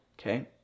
okay